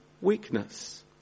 weakness